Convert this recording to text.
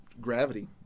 gravity